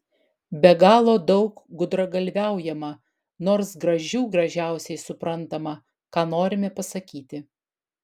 be galo daug gudragalviaujama nors gražių gražiausiai suprantama ką norime pasakyti